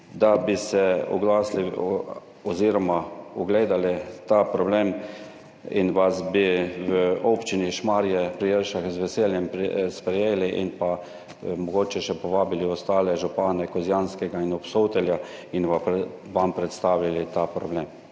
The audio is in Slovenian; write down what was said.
da bi se oglasili oziroma si ogledali ta problem in vas bi v občini Šmarje pri Jelšah z veseljem sprejeli in pa mogoče še povabili ostale župane Kozjanskega in Obsotelja in vam predstavili ta problem.